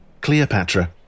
Cleopatra